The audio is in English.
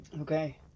Okay